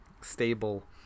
stable